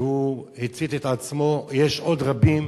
שהצית את עצמו, יש עוד רבים